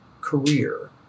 career